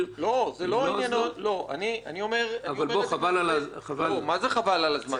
אבל חבל על הזמן.